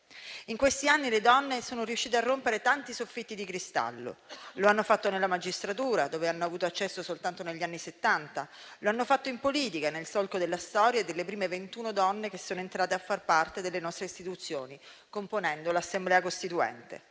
In questi anni le donne sono riuscite a rompere tanti soffitti di cristallo. Lo hanno fatto nella magistratura, dove hanno avuto accesso soltanto negli anni Settanta, lo hanno fatto in politica nel solco della storia e delle prime 21 donne che sono entrate a far parte delle nostre istituzioni, componendo l'Assemblea costituente.